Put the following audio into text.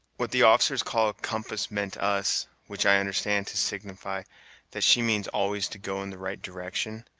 what the officers call compass meant us which i understand to signify that she means always to go in the right direction,